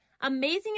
amazing